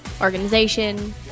organization